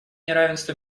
неравенства